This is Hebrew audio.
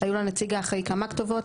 היו לנציג האחראי כמה כתובות,